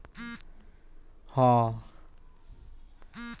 भेड़ बकरी, गाई भइस, घोड़ा गदहा, बतख अउरी मुर्गी पालन के काम इहां खूब होला